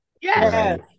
Yes